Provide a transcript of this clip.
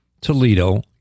Toledo